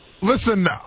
Listen